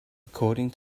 according